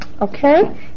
Okay